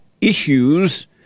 issues